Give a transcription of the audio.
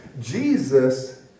Jesus